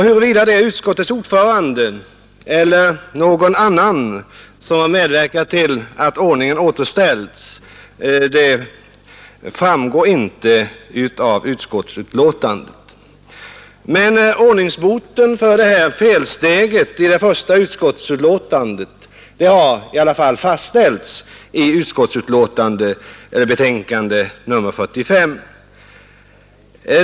Huruvida det är utskottets ordförande eller någon annan som medverkat till att ordningen återställts framgår inte av utskottets betänkande. Men ordningsboten för felsteget i det första utskottsbetänkandet har i alla fall fastställts i utskottsbetänkande nr 45.